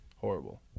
Horrible